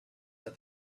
that